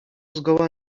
zgoła